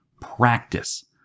practice